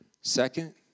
Second